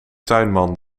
tuinman